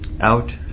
out